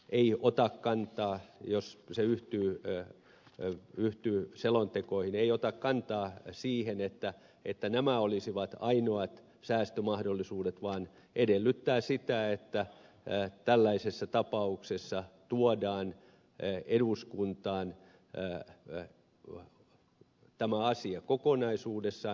ei ota niin eduskunta jos se yhtyy selontekoihin ei ota kantaa siihen että nämä olisivat ainoat säästömahdollisuudet vaan edellyttää sitä että tällaisessa tapauksessa tuodaan eduskuntaan tämä asia kokonaisuudessaan